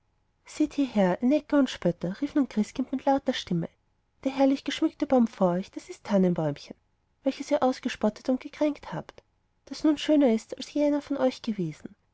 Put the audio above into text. seht hierher ihr necker und spötter rief nun christkind mit lauter stimme der herrlich geschmückte baum vor euch das ist das tannenbäumchen welches ihr ausgespottet und gekränkt habt und das nun schöner ist als je einer von euch gewesen